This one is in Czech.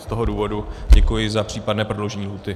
Z toho důvodu děkuji za případné prodloužení lhůty.